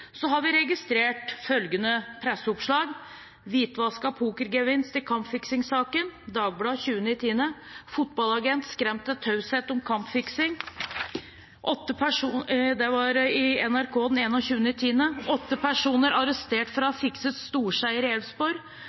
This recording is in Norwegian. har vi registrert følgende presseoppslag: «Hvitvasket pokergevinst i kampfiksingsaken» – Dagbladet 20. oktober. «Fotballagent skremt til taushet om kampfiksing» – NRK 21. oktober. «Åtte personer arrestert for å ha fikset storseier